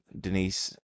Denise